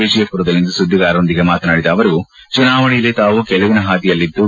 ವಿಜಯಪುರದಲ್ಲಿಂದು ಸುದ್ದಿಗಾರರೊಂದಿಗೆ ಮಾತನಾಡಿದ ಅವರು ಚುನಾವಣೆಯಲ್ಲಿ ತಾವು ಗೆಲುವಿನ ಹಾದಿಯಲ್ಲಿದ್ದು